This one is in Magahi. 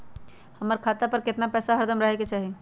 हमरा खाता पर केतना पैसा हरदम रहे के चाहि?